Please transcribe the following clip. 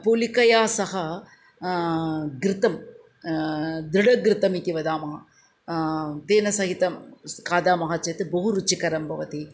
पुलिकया सह घृतं दृढघृतं इति वदामः तेन सहितं सः खादामः चेत् बहु रुचिकरं भवति